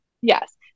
Yes